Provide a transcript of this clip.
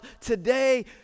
today